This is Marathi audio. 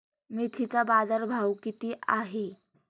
मेथीचा बाजारभाव किती आहे?